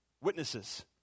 Witnesses